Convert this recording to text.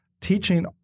teaching